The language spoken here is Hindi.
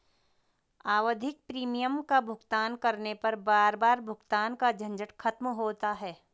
आवधिक प्रीमियम का भुगतान करने पर बार बार भुगतान का झंझट खत्म होता है